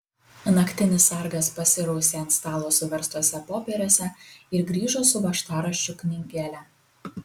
naktinis sargas pasirausė ant stalo suverstuose popieriuose ir grįžo su važtaraščių knygele